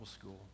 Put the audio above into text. school